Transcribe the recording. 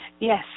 Yes